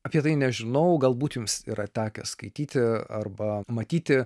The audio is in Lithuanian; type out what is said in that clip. apie tai nežinau galbūt jums yra tekę skaityti arba matyti